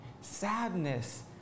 sadness